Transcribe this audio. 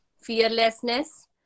Fearlessness